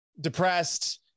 depressed